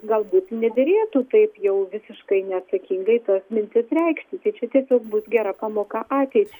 galbūt nederėtų taip jau visiškai neatsakingai tas mintis reikšti tai čia tiesiog bus gera pamoka ateič